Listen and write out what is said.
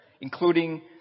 including